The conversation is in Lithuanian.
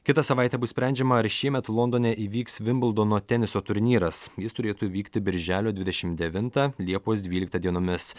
kitą savaitę bus sprendžiama ar šiemet londone įvyks vimbldono teniso turnyras jis turėtų vykti birželio dvidešimt devintą liepos dvyliktą dienomis